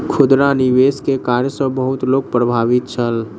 खुदरा निवेश के कार्य सॅ बहुत लोक प्रभावित छल